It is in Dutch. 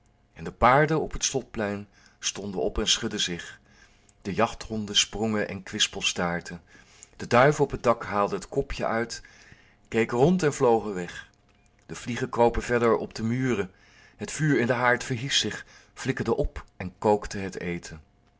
en de paarden op het slotplein stonden op en schudden zich de jachthonden sprongen en kwispelstaartten de duiven op het dak haalden het kopje uit keken rond en vlogen weg de vliegen kropen verder op de muren het vuur in den haard verhief zich flikkerde op en kookte het eten